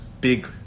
big